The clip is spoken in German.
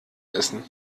essen